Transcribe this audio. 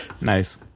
Nice